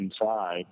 inside